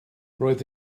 roedd